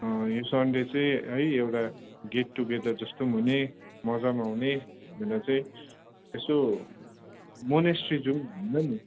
यो सन्डे चाहिँ है एउटा गेट टुगेदर जस्तो पनि हुने मजा पनि आउने भनेर चाहिँ यसो मोनेस्ट्री जाउँ भनेर नि